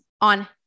on